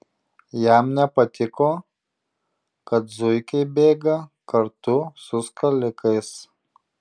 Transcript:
jam nepatiko kad zuikiai bėga kartu su skalikais